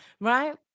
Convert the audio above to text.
right